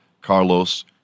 Carlos